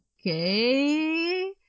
okay